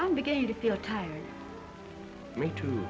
i'm beginning to feel tired me too